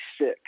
sick